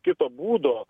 kito būdo